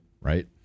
Right